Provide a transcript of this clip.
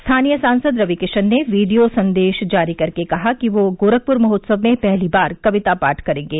स्थानीय सांसद रविकिशन ने वीडियो संदेश जारी कर के कहा कि वह गोरखपुर महोत्सव में पहली बार कविता पाठ करेंगे